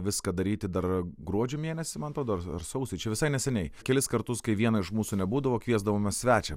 viską daryti dar gruodžio mėnesį man atrodo ar ar sausį čia visai neseniai kelis kartus kai vieno iš mūsų nebūdavo kviesdavome svečią